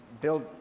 Bill